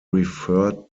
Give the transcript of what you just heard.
referred